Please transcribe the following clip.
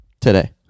Today